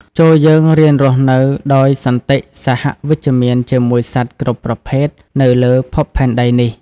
ចូរយើងរៀនរស់នៅដោយសន្តិសហវិជ្ជមានជាមួយសត្វគ្រប់ប្រភេទនៅលើភពផែនដីនេះ។